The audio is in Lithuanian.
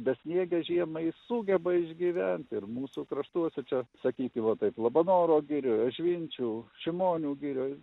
besniegę žiemą jis sugeba išgyventi ir mūsų kraštuose čia sakykim va taip labanoro girioj ažvinčių šimonių girioj